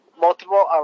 multiple